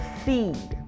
seed